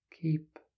Keep